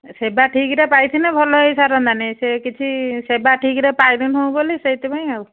ସେବା ଠିକରେ ପାଇଥିଲେ ଭଲ ହେଇସାରନ୍ତାଣି ସେ କିଛି ସେବା ଠିକରେ ପାଇଲୁନି ବୋଲି ସେଇଥିପାଇଁ ଆଉ